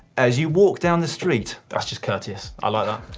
as you walk down the street. that's just courteous ah but